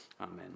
Amen